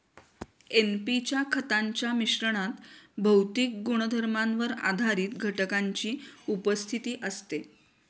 NP च्या खतांच्या मिश्रणात भौतिक गुणधर्मांवर आधारित घटकांची उपस्थिती असते